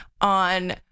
on